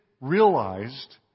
realized